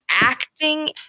acting